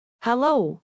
Hello